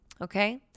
okay